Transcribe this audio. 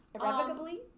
Irrevocably